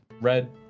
red